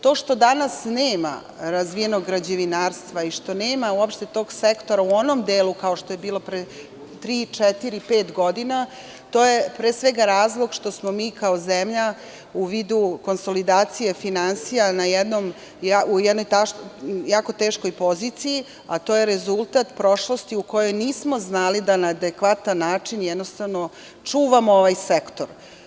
To što danas nema razvijenog građevinarstva, i što nema uopšte tog sektora u onom delu kao što je bilo pre tri, četiri, pet godina, to je pre svega razlog što smo mi kao zemlja u vidu konsolidacije finansija u jednoj jako teškoj poziciji, a to je rezultat prošlosti u kojoj nismo znali da na adekvatan način čuvamo ovaj sektor.